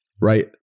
Right